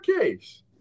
case